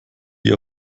ihr